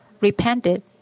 repented